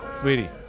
Sweetie